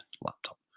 laptop